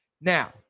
Now